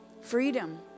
Freedom